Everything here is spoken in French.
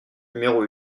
numéro